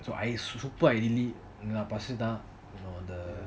so I super I really என்னக்கு படி தான்:ennaku padi thaan you know the